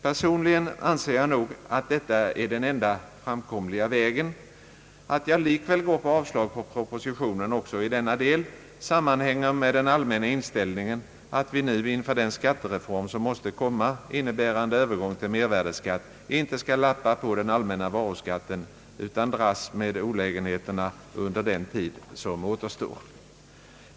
Personligen anser jag nog att detta är den enda framkomliga vägen. Att jag likväl går på avslag på propositionen också i denna del sammanhänger med den allmänna inställningen att vi nu inför den skattereform som måste komma, innebärande övergång till mervärdeskatt, inte skall lappa på den allmänna varuskatten, utan dras med olägenheterna under den tid som återstår.